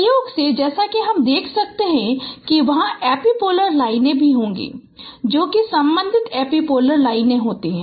संयोग से जैसा कि हम देख सकते हैं कि वहाँ एपिपोलर लाइनें भी होंगी जो कि संबंधित एपिपोलर लाइन होती हैं